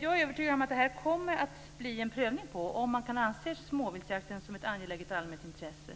Jag är övertygad om att det kommer att bli en prövning på om man kan anse småviltsjakten som ett angeläget allmänt intresse,